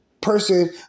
person